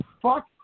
Fuck